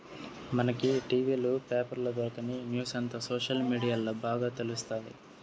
మనకి టి.వీ లు, పేపర్ల దొరకని న్యూసంతా సోషల్ మీడియాల్ల బాగా తెలుస్తాది